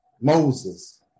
Moses